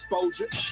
exposure